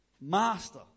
Master